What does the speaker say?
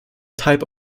type